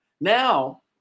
now-